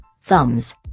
Thumbs